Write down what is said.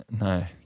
no